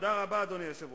תודה רבה, אדוני היושב-ראש.